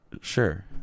Sure